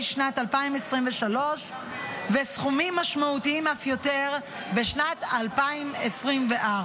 שנת 2023 וסכומים משמעותיים אף יותר בשנת 2024,